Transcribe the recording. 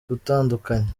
gutandukanye